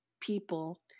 people